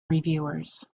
reviewers